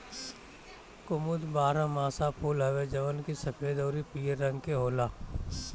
कुमुद बारहमासा फूल हवे जवन की सफ़ेद अउरी पियर रंग के होला